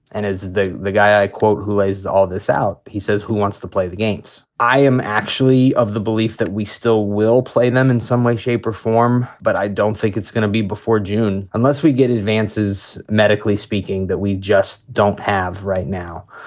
and as the the guy, i quote, who lays all this out, he says, who wants to play the games? i am actually of the belief that we still will play them in some way, shape or form. but i don't think it's gonna be before june unless we get advances, medically speaking, that we just don't have right now.